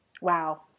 Wow